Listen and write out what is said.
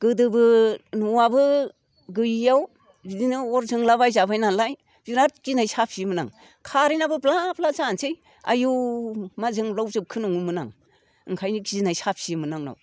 गोदोबो न'आवबो गैयियाव बिदिनो अर जोंलाबायजाबाय नालाय बिराद गिनाय साफियोमोन आं कारेनाबो ब्ला ब्ला जानोसै आयौ मा जोंब्लावजोबखो नङोमोन आं ओंखायनो गिनाय साफियोमोन आंनाव